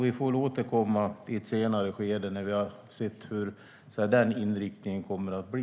Vi får återkomma i ett senare skede när vi har sett hur den inriktningen kommer att bli.